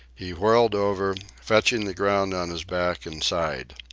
he whirled over, fetching the ground on his back and side.